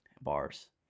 Bars